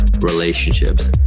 relationships